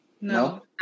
No